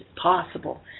possible